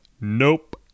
Nope